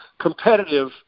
competitive